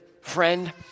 friend